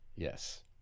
Yes